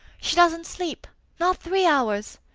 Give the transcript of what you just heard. she doesn't sleep not three hours.